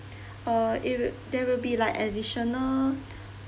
uh it'll there will be like additional